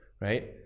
Right